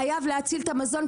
חייב להציל את המזון,